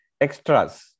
extras